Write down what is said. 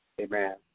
Amen